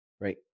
right